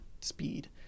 speed